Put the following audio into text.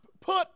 put